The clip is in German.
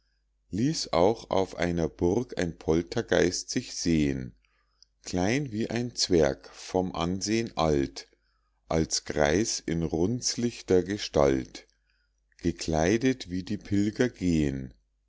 ließ auch auf einer burg ein poltergeist sich sehen klein wie ein zwerg vom ansehn alt als greis in runzlichter gestalt gekleidet wie die pilger gehen